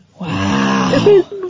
Wow